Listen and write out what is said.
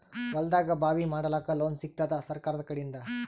ಹೊಲದಾಗಬಾವಿ ಮಾಡಲಾಕ ಲೋನ್ ಸಿಗತ್ತಾದ ಸರ್ಕಾರಕಡಿಂದ?